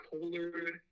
colder